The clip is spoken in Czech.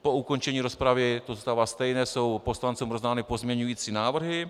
Po ukončení rozpravy to zůstává stejné jsou poslancům rozdány pozměňující návrhy.